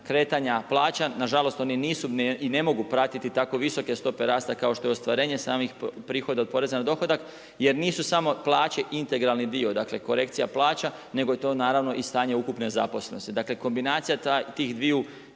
kretanja plaća, nažalost oni nisu i ne mogu pratiti tako visoke stope rasta kao što je ostvarenje samih prihoda od poreza na dohodak jer nisu samo plaće integralni dio, dakle korekcija plaća nego je to naravno i stanje ukupne zaposlenosti. Dakle kombinacija tih dvaju